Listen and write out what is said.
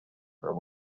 for